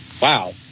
wow